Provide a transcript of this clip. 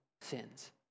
sins